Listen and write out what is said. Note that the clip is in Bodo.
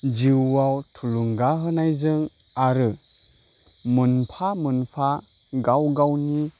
जिउआव थुलुंगा होनायजों आरो मोनफा मोनफा गाव गावनि